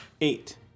Eight